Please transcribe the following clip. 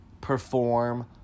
perform